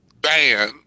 ban